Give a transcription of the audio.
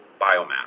biomass